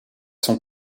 sont